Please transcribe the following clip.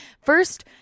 first